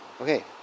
okay